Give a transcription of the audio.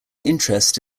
interest